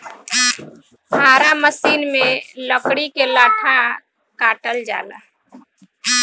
आरा मसिन में लकड़ी के लट्ठा काटल जाला